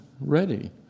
ready